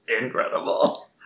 incredible